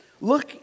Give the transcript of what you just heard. Look